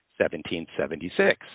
1776